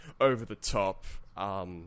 over-the-top